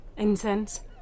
Incense